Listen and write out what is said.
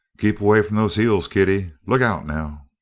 keep away from those heels, kiddie. look out, now!